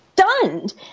stunned